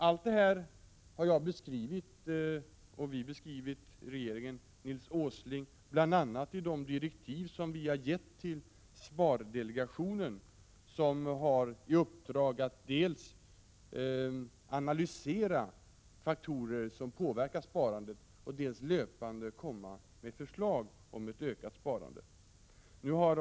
Allt detta har jag och regeringen beskrivit, Nils Åsling, bl.a. i de direktiv som vi har gett till spardelegationen, vilken har i uppdrag att dels analysera faktorer som påverkar sparandet, dels löpande komma med förslag om åtgärder för ett ökat sparande.